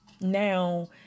now